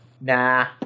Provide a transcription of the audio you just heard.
Nah